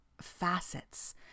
facets